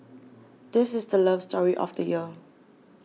this is the love story of the year